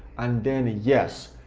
and then, yes,